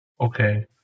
Okay